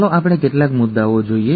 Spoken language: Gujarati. ચાલો આપણે કેટલાક મુદ્દાઓ જોઈએ